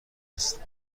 است